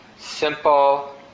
simple